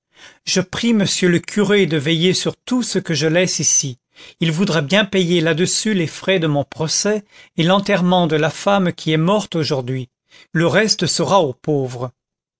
je prie monsieur le curé de veiller sur tout ce que je laisse ici il voudra bien payer là-dessus les frais de mon procès et l'enterrement de la femme qui est morte aujourd'hui le reste sera aux pauvres